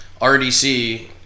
RDC